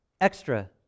extra